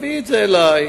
תביא את זה אלי.